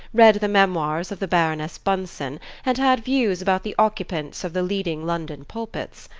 read the memoirs of the baroness bunsen and had views about the occupants of the leading london pulpits.